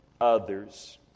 others